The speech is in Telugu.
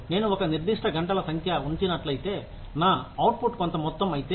నేను ఒక నిర్దిష్ట గంటల సంఖ్య ఉంచినట్లయితే నా అవుట్పుట్ కొంత మొత్తం అయితే